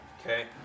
Okay